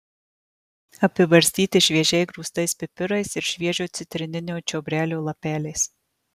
apibarstyti šviežiai grūstais pipirais ir šviežio citrininio čiobrelio lapeliais